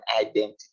identity